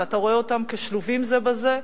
ואתה רואה אותם כשלובים זה בזה,